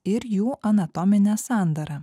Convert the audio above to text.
ir jų anatominę sandarą